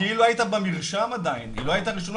כי היא לא הייתה במרשם עדיין, היא לא הייתה רשומה.